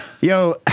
yo